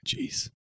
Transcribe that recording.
Jeez